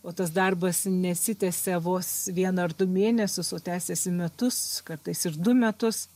o tas darbas nesitęsia vos vieną ar du mėnesius o tęsiasi metus kartais ir du metus